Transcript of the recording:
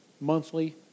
monthly